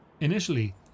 Initially